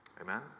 Amen